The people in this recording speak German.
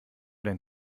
dein